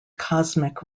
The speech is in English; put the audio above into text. cosmic